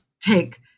take